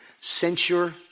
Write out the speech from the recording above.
censure